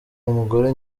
umugore